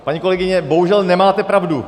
Paní kolegyně, bohužel nemáte pravdu.